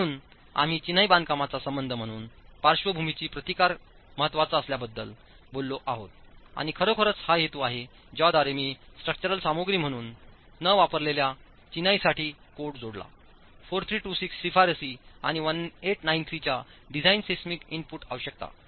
म्हणून आम्ही चिनाई बांधकामांचा संबंध म्हणून पार्श्वभूमीचा प्रतिकार महत्वाचा असल्याबद्दल बोललो आहोत आणि खरोखरच हा हेतू आहे ज्याद्वारे मी स्ट्रक्चरल सामग्री म्हणून न वापरलेल्या चिनाईसाठी कोड जोडला 4326 शिफारसी आणि 1893 च्या डिझाईन सिस्मिक इनपुट आवश्यकता